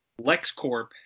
LexCorp